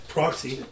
Proxy